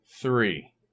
three